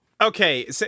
Okay